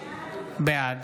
בעד